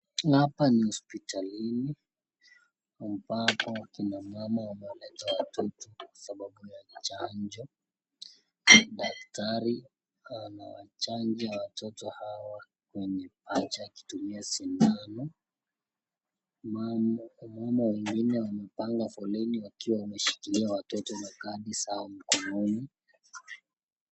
Hapa ni hospitalini ambapo kina mama wamewaleta watoto kwasababu ya chanjo. Daktari anawachanja watoto hawa kwenye paja akitumia sindano wamama wengine wamepanga foleni wakiwa wameshikilia watoto na kadi zao mkononi